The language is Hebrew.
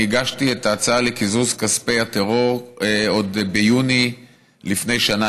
אני הגשתי את ההצעה לקיזוז כספי הטרור עוד ביוני לפני שנה,